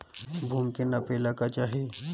भूमि के नापेला का चाही?